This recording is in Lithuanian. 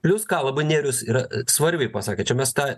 plius ką labai nerijus yra svarbiai pasakė čia mes tą